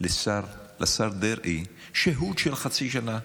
לשר דרעי שהות של חצי שנה,